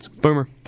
Boomer